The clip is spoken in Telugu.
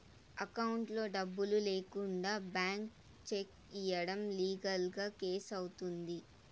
అకౌంట్లో డబ్బులు లేకుండా బ్లాంక్ చెక్ ఇయ్యడం లీగల్ గా కేసు అవుతుంది